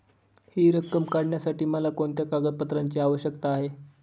हि रक्कम काढण्यासाठी मला कोणत्या कागदपत्रांची आवश्यकता आहे?